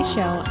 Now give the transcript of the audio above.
Show